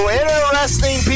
interesting